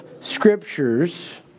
scriptures